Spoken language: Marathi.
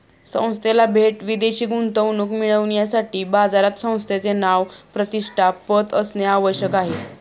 संस्थेला थेट विदेशी गुंतवणूक मिळविण्यासाठी बाजारात संस्थेचे नाव, प्रतिष्ठा, पत असणे आवश्यक आहे